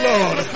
Lord